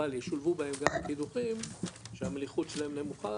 אבל ישולבו בהם גם קידוחים שהמליחות שלהם נמוכה,